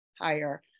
higher